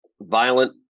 violent